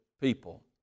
people